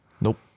nope